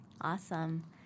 Awesome